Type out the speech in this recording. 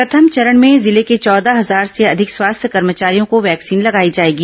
प्रथम चरण में जिले के चौदह हजार से अधिक स्वास्थ्य कर्मचारियों को वैक्सीन लगाई जाएगी